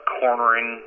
cornering